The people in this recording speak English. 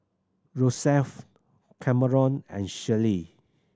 Rosevelt Cameron and Shellie